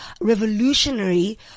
revolutionary